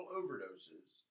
overdoses